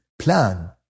plan